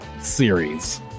Series